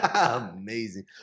Amazing